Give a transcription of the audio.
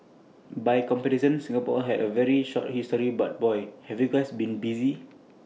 by comparison Singapore has had A very short history but boy have you guys been busy